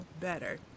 better